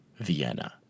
Vienna